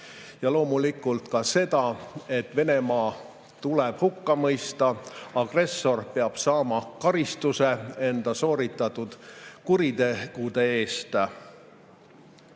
Ja loomulikult ka seda, et Venemaa tuleb hukka mõista, agressor peab saama karistuse enda sooritatud kuritegude eest.Me